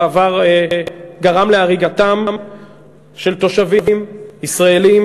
כבר גרם בעבר להריגתם של תושבים ישראלים,